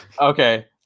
Okay